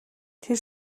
тэр